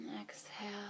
Exhale